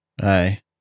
Aye